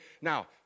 Now